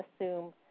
assume